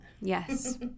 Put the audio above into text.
Yes